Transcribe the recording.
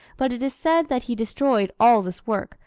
but it is said that he destroyed all this work,